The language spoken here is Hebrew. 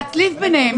להצליב ביניהם.